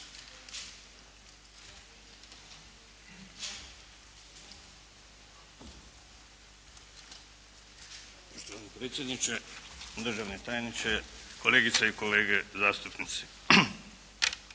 Gospodine predsjedniče, državni tajniče, kolegice i kolege zastupnici.